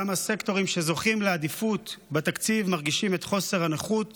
גם הסקטורים שזוכים לעדיפות בתקציב מרגישים את חוסר הנוחות